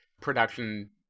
production